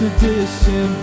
Tradition